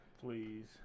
Please